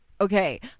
okay